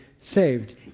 saved